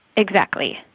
exactly.